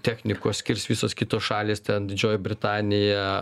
technikos skirs visos kitos šalys ten didžioji britanija